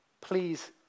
please